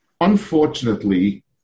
unfortunately